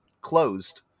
closed